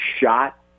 shot